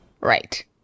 Right